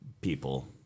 people